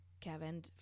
Kevin